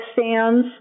stands